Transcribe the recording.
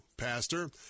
pastor